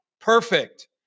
perfect